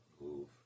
move